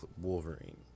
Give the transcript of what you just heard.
Wolverine